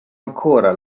ancora